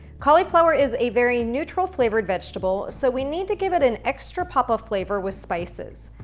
cauliflower is a very neutral flavored vegetable so we need to give it an extra pop of flavor with spices.